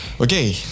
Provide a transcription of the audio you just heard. Okay